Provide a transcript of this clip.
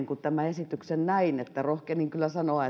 kun tämän esityksen näin itse ajattelin ja rohkenin kyllä sanoa